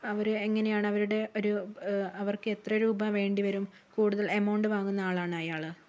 അവർ എങ്ങനെയാണ് അവരുടെ ഒരു അവർക്ക് എത്ര രൂപ വേണ്ടി വരും കൂടുതൽ എമൗണ്ട് വാങ്ങുന്ന ആളാണോ അയാൾ